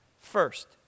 First